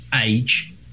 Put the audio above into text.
age